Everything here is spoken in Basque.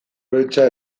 beltza